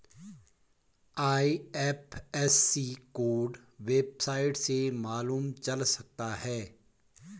IFSC code website से मालूम चल सकता है